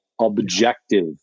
objective